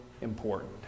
important